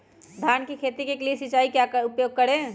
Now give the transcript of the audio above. धान की खेती के लिए सिंचाई का क्या उपयोग करें?